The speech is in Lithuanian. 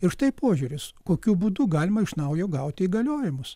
ir štai požiūris kokiu būdu galima iš naujo gauti įgaliojimus